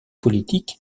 politique